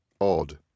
odd